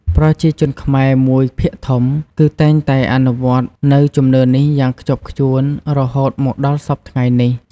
ប្រជាជនខ្មែរមួយភាគធំ គឺតែងតែអនុវត្តន៍នៅជំនឿនេះយ៉ាងខ្ជាប់ខ្ជួនរហូតមកដល់សព្វថ្ងៃនេះ។